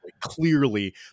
Clearly